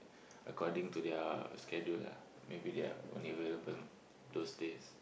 according to their schedule lah maybe they are unavailable those days